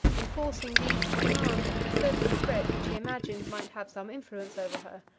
enforcing these his commands with a certain threat which he imagined might have some influence over her.